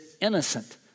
innocent